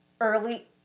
early